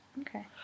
Okay